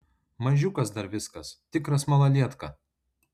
mažiukas dar viskas tikras malalietka